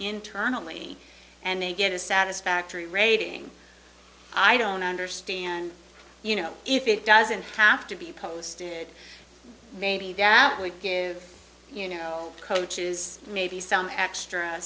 internally and they get a satisfactory rating i don't understand you know if it doesn't have to be posted maybe that would you know coaches maybe some extra